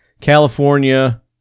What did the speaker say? California